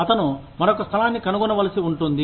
అతను మరొక స్థలాన్ని కనుగొనవలసి ఉంటుంది